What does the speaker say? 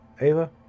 Ava